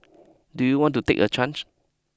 do you want to take a charge